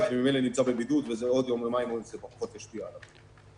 וממילא הוא נמצא בבידוד ועוד יום או יומיים --- ישפיע עליו.